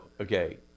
okay